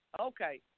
Okay